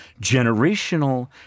generational